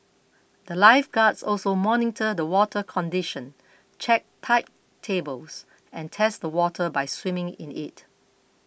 the Life guards also monitor the water condition check tide tables and test the water by swimming in it